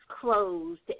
closed